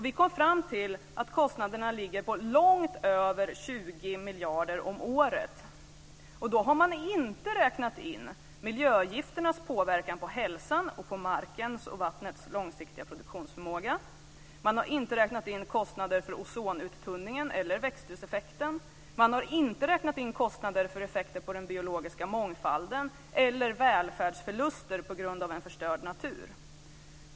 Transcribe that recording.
Vi kom fram till att kostnaderna ligger på långt över 20 miljarder om året. Då har man inte räknat in miljögifternas påverkan på hälsan och på markens och vattnets långsiktiga produktionsförmåga. Man har heller inte räknat in kostnader för ozonuttunningen eller växthuseffekten, och man har inte räknat in kostnader på den biologiska mångfalden eller välfärdsförluster på grund av en förstörd natur.